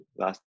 last